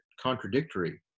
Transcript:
contradictory